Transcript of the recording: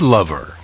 Lover